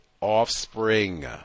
offspring